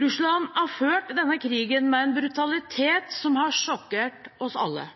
Russland har ført denne krigen med en brutalitet som har sjokkert oss alle.